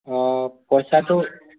অ' পইচাটো